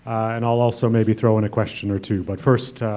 and i'll also maybe throw in a question or two. but first,